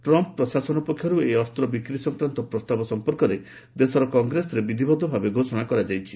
Trump ପ୍ରଶାସନ ପକ୍ଷରୁ ଏହି ଅସ୍ତ ବିକ୍ରି ସଂକ୍ରାନ୍ତ ପ୍ରସ୍ତାବ ସମ୍ପର୍କରେ ଦେଶର କଂଗ୍ରେସରେ ବିଧିବଦ୍ଧ ଭାବେ ଘୋଷଣା କରାଯାଇଛି